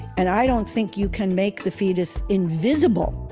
and i don't think you can make the fetus invisible.